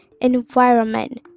environment